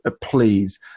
please